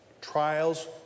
Trials